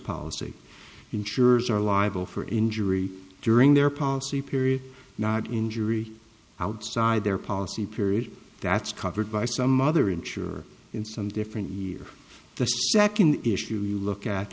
policy insurers are liable for injury during their policy period not injury outside their policy period that's covered by some other inch or in some different year the second issue you look at